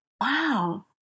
wow